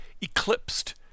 eclipsed